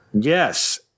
Yes